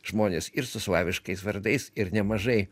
žmonės ir su slaviškais vardais ir nemažai